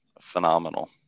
phenomenal